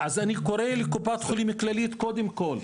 אני קורא לקופת חולים כללית קודם כל,